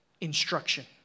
instruction